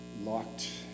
locked